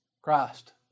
Christ